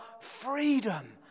freedom